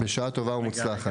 בשעה טובה ומוצלחת.